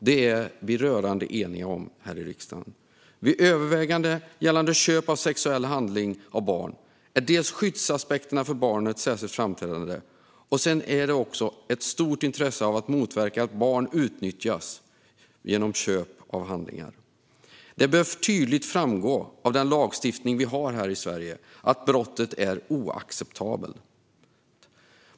Det är vi rörande eniga om här i riksdagen. Vid övervägandena gällande köp av sexuell handling av barn är dels skyddsaspekterna för barnet särskilt framträdande, dels finns det ett stort intresse av att motverka att barn utnyttjas genom köp av handlingar. Det bör tydligt framgå av lagstiftningen i Sverige att brottet är oacceptabelt.